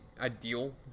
ideal